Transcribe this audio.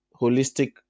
holistic